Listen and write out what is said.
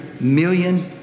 million